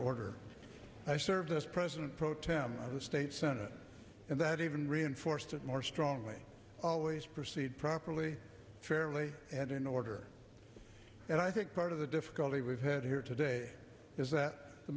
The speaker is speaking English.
order i served as president pro tem of the state senate and that even reinforced that more strongly always proceed properly carefully and in order and i think part of the difficulty we've had here today is that the